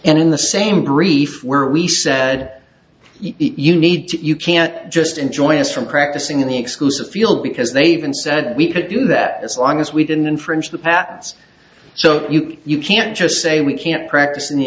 and in the same brief where we said you need to you can't just enjoy this from practicing in the exclusive field because they even said we could do that as long as we didn't infringe the patents so you can't just say we can't practice in the